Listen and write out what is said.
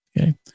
Okay